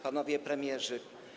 Panowie Premierzy!